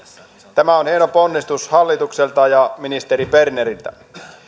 tämä on hieno ponnistus hallitukselta ja ministeri berneriltä